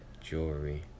jewelry